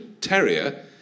terrier